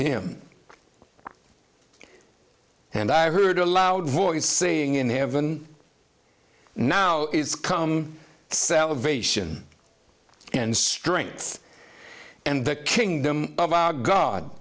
him and i heard a loud voice saying in heaven now it's come salvation and strength and the kingdom of god